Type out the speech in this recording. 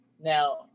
now